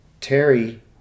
Terry